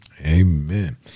amen